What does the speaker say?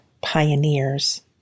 pioneers